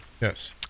Yes